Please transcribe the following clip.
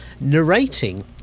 narrating